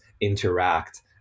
interact